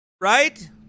right